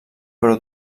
però